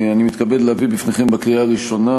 אני מתכבד להביא בפניכם לקריאה הראשונה